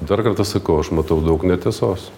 dar kartą sakau aš matau daug netiesos